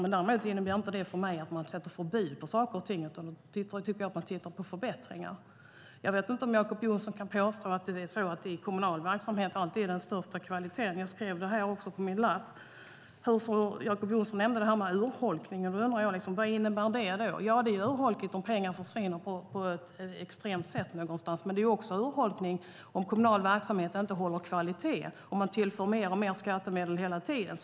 Men det innebär inte att man ska införa förbud på saker och ting, utan man ska försöka hitta förbättringar. Jag vet inte om Jacob Johnson kan påstå att det i kommunal verksamhet alltid är den bästa kvaliteten. Jacob Johnson nämner urholkningen. Jag undrar: Vad innebär det? Ja, det är urholkning om pengar försvinner på ett extremt sätt någonstans. Men det är också urholkning om kommunal verksamhet inte håller kvalitet och man tillför mer och med skattemedel hela tiden.